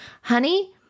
Honey